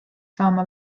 saama